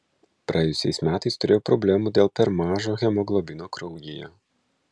praėjusiais metais turėjau problemų dėl per mažo hemoglobino kraujyje